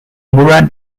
murah